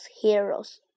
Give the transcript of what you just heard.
heroes